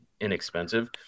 inexpensive